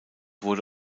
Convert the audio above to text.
wurde